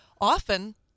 often